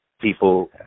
people